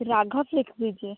राघव लिख दीजिए